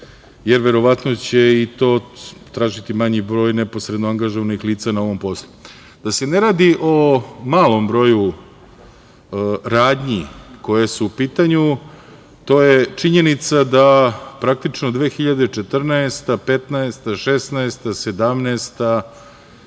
jer verovatno će i to tražiti manji broj neposredno angažovanih lica na ovom poslu. Da se ne radi o malom broju radnji koje su u pitanju to je činjenica da, praktično, 2014, 2015, 2016,